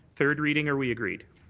third reading, are we agreed.